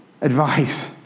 advice